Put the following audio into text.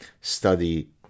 study